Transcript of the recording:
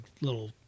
little